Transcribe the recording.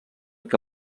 que